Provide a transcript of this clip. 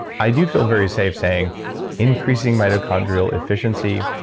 i do feel very safe saying increasing mitochondrial efficiency,